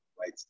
right